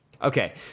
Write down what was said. Okay